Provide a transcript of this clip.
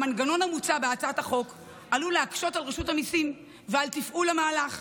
המנגנון המוצע בהצעת החוק עלול להקשות על רשות המיסים בתפעול המהלך,